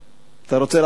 אתה רוצה להעביר חוקים,